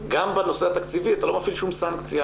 גם בנושא התקציבי אתה לא מפעיל שום סנקציה